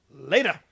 Later